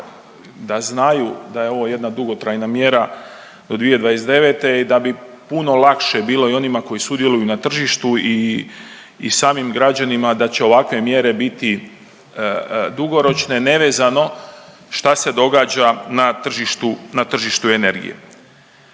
da znaju da je ovo jedna dugotrajna mjera do 2029. i da bi puno lakše bilo i onima koji sudjeluju na tržištu i samim građanima, da će ovakve mjere biti dugoročne, nevezano šta se događa na tržištu energije.